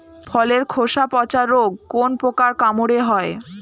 ফলের খোসা পচা রোগ কোন পোকার কামড়ে হয়?